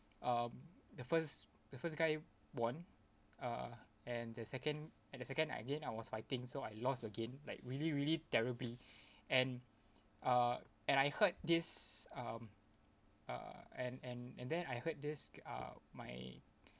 um the first the first guy won uh and the second and the second again I was fighting so I lost again like really really terribly and uh and I heard this um uh and and and then I heard this uh my